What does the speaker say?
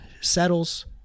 settles